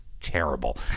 terrible